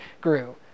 grew